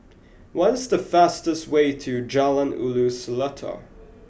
what is the fastest way to Jalan Ulu Seletar